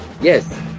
yes